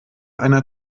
einer